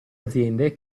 aziende